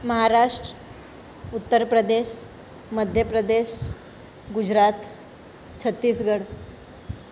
Maharashtra Uttar Pradesh Madhya Pradesh Gujarat Chhattisgarh